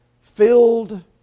filled